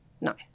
No